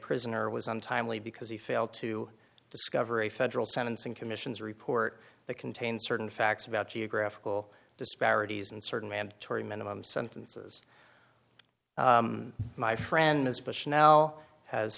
prisoner was untimely because he failed to discover a federal sentencing commission's report that contained certain facts about geographical disparities and certain mandatory minimum sentences my friend as